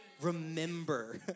Remember